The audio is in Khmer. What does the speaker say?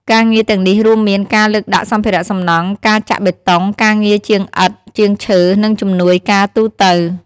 ការងារទាំងនេះរួមមានការលើកដាក់សម្ភារៈសំណង់ ការចាក់បេតុង ការងារជាងឥដ្ឋ ជាងឈើ និងជំនួយការទូទៅ ។